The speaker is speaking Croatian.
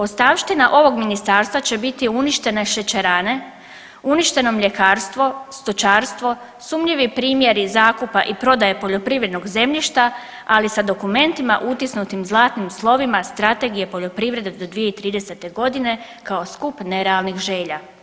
Ostavština ovog ministarstva će biti uništene šećerane, uništeno mljekarstvo, stočarstvo, sumnjivi primjeri zakupa i prodaje poljoprivrednog zemljišta, ali sa dokumentima utisnutim zlatnim slovima Strategije poljoprivrede do 2030.g. kao skup nerealnih želja.